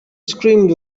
screamed